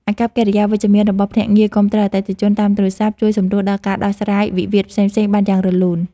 អាកប្បកិរិយាវិជ្ជមានរបស់ភ្នាក់ងារគាំទ្រអតិថិជនតាមទូរស័ព្ទជួយសម្រួលដល់ការដោះស្រាយវិវាទផ្សេងៗបានយ៉ាងរលូន។